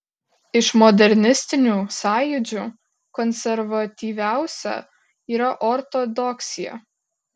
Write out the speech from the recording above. iš modernistinių sąjūdžių konservatyviausia yra ortodoksija